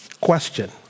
Question